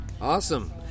Awesome